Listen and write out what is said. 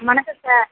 வணக்கம் சார்